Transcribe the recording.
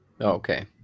Okay